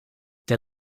der